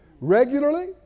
regularly